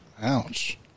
Ouch